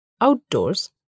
outdoors